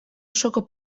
osoko